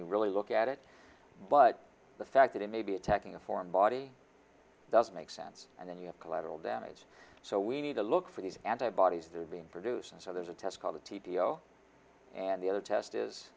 you really look at it but the fact that it may be attacking a foreign body doesn't make sense and then you have collateral damage so we need to look for these antibodies they're being produced and so there's a test called a t d o and the other test is